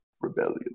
rebellion